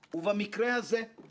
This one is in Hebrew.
היועץ המשפטי לכנסת,